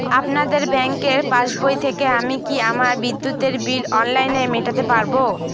আপনাদের ব্যঙ্কের পাসবই থেকে আমি কি আমার বিদ্যুতের বিল অনলাইনে মেটাতে পারবো?